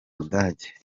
budage